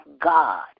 God